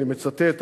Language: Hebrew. אני מצטט,